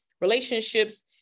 relationships